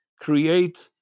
create